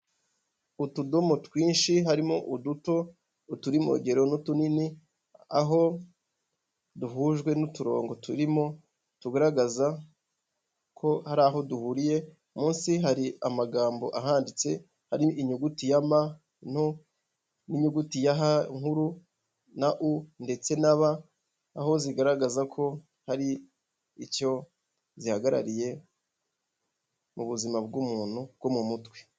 Utudomo twinshi harimo uduto uturi mu rugero n'utunini aho duhujwe n'uturongo turimo tugaragaza ko hari aho duhuriye munsi hari amagambo ahanditse ari inyuguti ya M nto n'inyuguti ya H nkuru na U ndetse aho zigaragaza ko hari icyo zihagarariye mu buzima bw'umuntu bwo mu mutwe.